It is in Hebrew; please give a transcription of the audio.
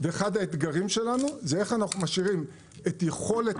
ואחד האתגרים שלנו הוא איך אנחנו משאירים את יכולת